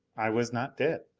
i was not dead.